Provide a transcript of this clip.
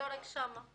לא רק שם.